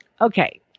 Okay